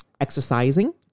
Exercising